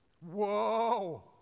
Whoa